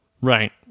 right